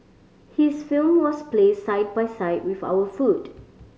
his film was placed side by side with our food